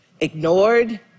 ignored